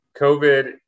COVID